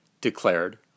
declared